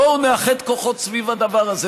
בואו נאחד כוחות סביב הדבר הזה,